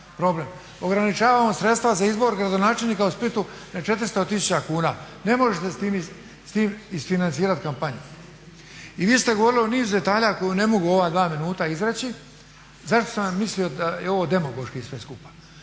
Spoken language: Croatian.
problem. Ograničavamo sredstva za izbor gradonačelnika u Splitu na 400 000 kuna. Ne možete s tim isfinancirati kampanju. I vi ste govorili o nizu detalja koje ne mogu u ova dva minuta izreći. Zašto sam ja mislio da je ovo demagoški sve skupa?